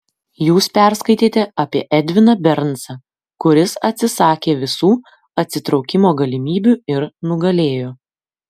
jūs perskaitėte apie edviną bernsą kuris atsisakė visų atsitraukimo galimybių ir nugalėjo